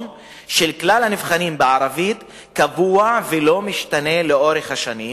של כלל הנבחנים בערבית קבוע ולא משתנה לאורך השנים,